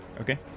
Okay